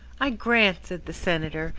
i grant, said the senator,